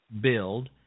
build